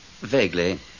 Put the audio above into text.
Vaguely